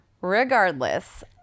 Regardless